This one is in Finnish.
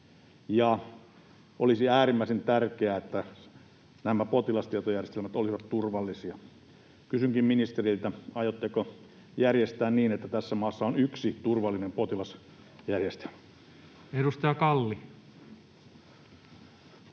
olisi äärimmäisen tärkeää, että nämä potilastietojärjestelmät olisivat turvallisia. Kysynkin ministeriltä: aiotteko järjestää niin, että tässä maassa on yksi turvallinen potilasjärjestelmä? [Speech 262]